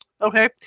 Okay